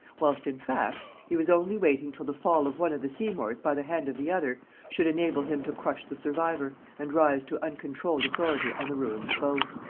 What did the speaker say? whilst, in fact, he was only waiting till the fall of one of the seymours by the hand of the other should enable him to crush the survivor, and rise to uncontrolled authority on the ruins of both.